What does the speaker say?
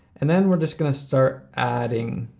and then we're just gonna start adding.